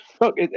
look